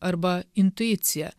arba intuicija